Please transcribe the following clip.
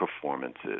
performances